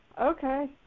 Okay